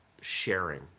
Sharing